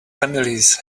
families